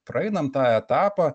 praeinam tą etapą